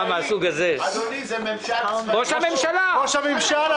בחלק מהפעילויות בשקל או בארבעה שקלים.